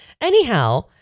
Anyhow